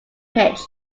pitch